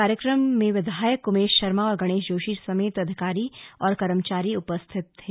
कार्यक्रम में विधायक उमेश शर्मा और गणेश जोशी समेत अधिकारी और कर्मचारी उपस्थित थे